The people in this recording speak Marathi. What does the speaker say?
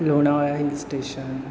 Lonavala hill station